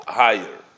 higher